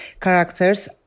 characters